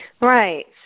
right